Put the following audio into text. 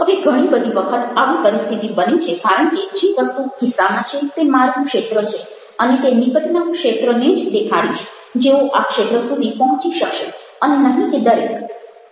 હવે ઘણી બધી વખત આવી પરિસ્થિતિ બને છે કારણ કે જે વસ્તુ ખિસ્સામાં છે તે મારું ક્ષેત્ર છે અને તે નિકટના ક્ષેત્રને જ દેખાડીશ જેઓ આ ક્ષેત્ર સુધી પહોંચી શકશે અને નહિ કે દરેક